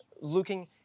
Looking